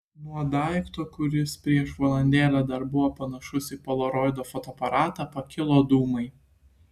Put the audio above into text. nuo daikto kuris prieš valandėlę dar buvo panašus į polaroido fotoaparatą pakilo dūmai